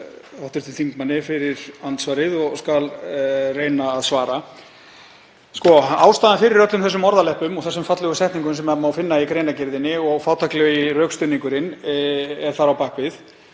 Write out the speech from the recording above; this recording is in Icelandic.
Ég þakka hv. þingmanni fyrir andsvarið og skal reyna að svara. Ástæðan fyrir öllum þessum orðaleppum og þessum fallegu setningum sem má finna í greinargerðinni og hinum fátæklega rökstuðningi þar á bak við,